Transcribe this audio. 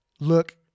look